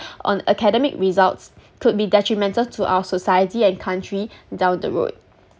on academic results could be detrimental to our society and country down the road